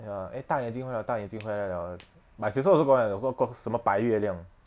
ya eh 大眼睛回来大眼睛回来 liao my sister also got one call call 什么白月亮